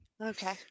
Okay